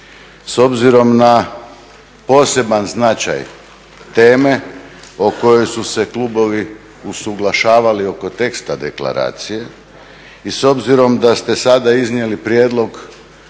S obzirom na poseban značaj teme o kojoj su se klubovi usuglašavali oko teksta Deklaracije i s obzirom da ste sada iznijeli prijedlog